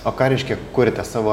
o ką reiškia kuriate savo